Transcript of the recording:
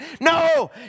No